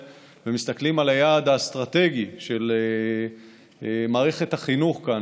ומסתכלים על היעד האסטרטגי של מערכת החינוך כאן,